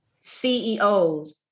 CEOs